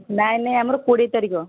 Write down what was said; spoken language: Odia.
ନାଇଁ ନାଇଁ ଆମର କୋଡ଼ିଏ ତାରିଖ